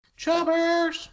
Chubbers